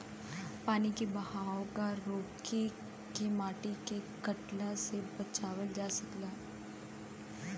पानी के बहाव क रोके से माटी के कटला से बचावल जा सकल जाला